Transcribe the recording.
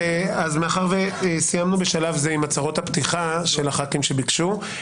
מאחר שסיימנו בשלב זה עם הצהרות הפתיחה של חברי הכנסת שביקשו,